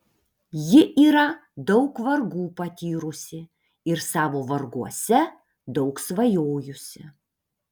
ji yra daug vargų patyrusi ir savo varguose daug svajojusi